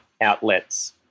outlets